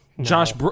Josh